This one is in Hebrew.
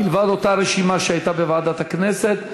מלבד אותה רשימה שהייתה בוועדת הכנסת,